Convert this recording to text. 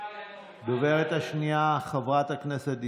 הדוברת השנייה, חברת הכנסת דיסטל.